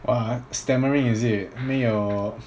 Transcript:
!wah! stammering is it then your